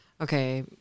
Okay